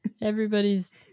Everybody's